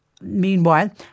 Meanwhile